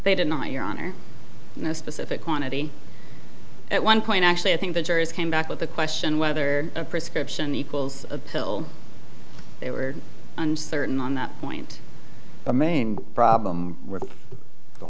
they did not your honor no specific quantity at one point actually i think the jurors came back with a question whether a prescription equals a pill they were uncertain on that point the main problem with the